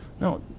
No